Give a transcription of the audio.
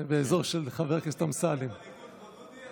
אבל זה ספר שמסתובב פה על השולחנות.